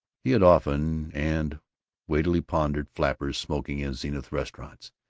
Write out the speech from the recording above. he had often and weightily pondered flappers smoking in zenith restaurants,